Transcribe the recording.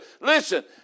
Listen